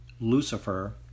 Lucifer